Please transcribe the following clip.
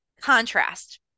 contrast